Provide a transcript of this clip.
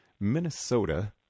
Minnesota